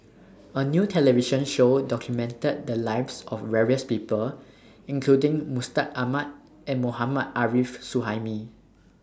A New television Show documented The Lives of various People including Mustaq Ahmad and Mohammad Arif Suhaimi